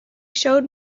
showed